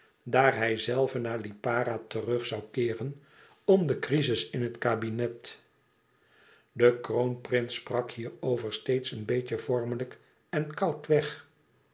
hijzelve naar lipara terug zoû keeren om de crizis in het kabinet de kroonprins sprak hierover steeds een beetje vormelijk en koudweg hij